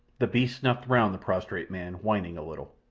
the beast snuffed round the prostrate man, whining a little.